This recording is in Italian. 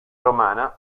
romana